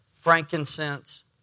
frankincense